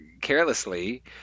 carelessly